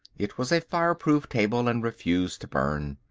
it was a fireproof table and refused to burn.